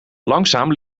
langzaam